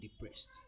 depressed